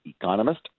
economist